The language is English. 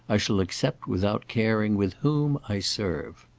i shall accept without caring with whom i serve.